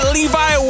Levi